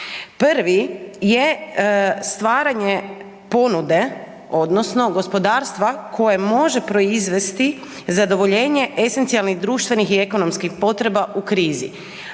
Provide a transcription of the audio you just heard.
Prvi je stvaranje ponude odnosno gospodarstva koje može proizvesti zadovoljenje esencijalnih društvenih i ekonomskih potreba u krizi.